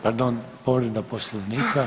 Pardon, povreda Poslovnika.